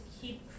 keep